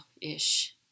ish